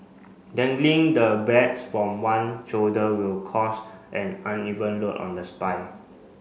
dangling the bags from one shoulder will cause an uneven load on the spine